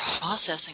processing